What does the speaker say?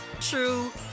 true